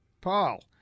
Paul